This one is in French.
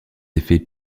effets